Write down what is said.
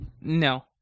No